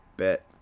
Bet